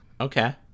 Okay